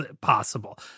possible